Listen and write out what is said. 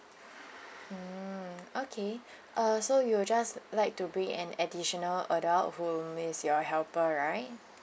mm okay uh so you will just like to bring an additional adult whom is your helper right